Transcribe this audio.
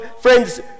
friends